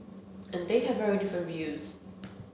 and they have very different views